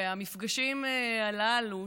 והמפגשים הללו,